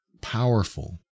powerful